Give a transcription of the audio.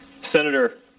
senator,